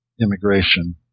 immigration